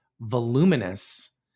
voluminous